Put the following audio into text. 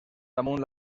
damunt